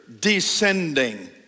descending